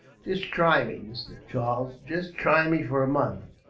just try me, mr. charles. just try me for a month,